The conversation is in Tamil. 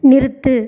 நிறுத்து